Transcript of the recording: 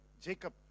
jacob